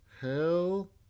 hell